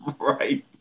Right